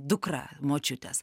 dukra močiutės